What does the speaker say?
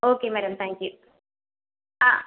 okay madam thank you